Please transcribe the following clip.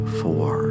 four